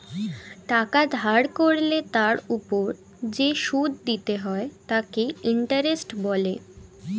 টাকা ধার করলে তার ওপর যে সুদ দিতে হয় তাকে ইন্টারেস্ট বলে